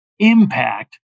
Impact